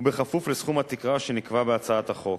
ובכפוף לסכום התקרה שנקבע בהצעת החוק.